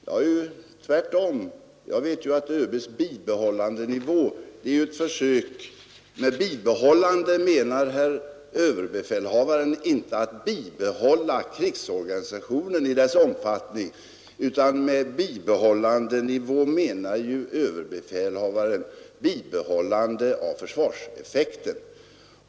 Jag vet tvärtom att överbefälhavaren med bibehållandenivå inte menar att man skall bibehålla krigsorganisationen i dess nuvarande omfattning, utan bibehållande av försvarseffekten.